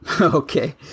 Okay